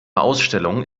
ausstellung